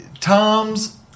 Tom's